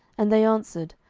and they answered,